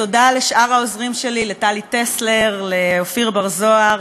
תודה לשאר העוזרים שלי, לטלי טסלר, לאופיר בר-זהר,